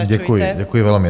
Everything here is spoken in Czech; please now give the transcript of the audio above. Děkuji, děkuji velmi.